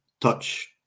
touch